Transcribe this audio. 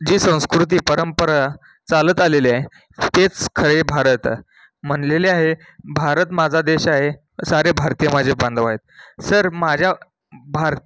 जी संस्कृती परंपरा चालत आलेली आहे तेच खरे भारत म्हणलेले आहे भारत माझा देश आहे सारे भारतीय माझे बांधव आहेत सर माझ्या भार